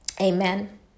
amen